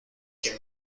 que